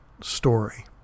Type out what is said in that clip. story